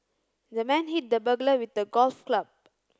the man hit the burglar with the golf club